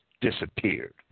disappeared